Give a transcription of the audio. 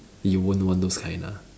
you won't want those kind ah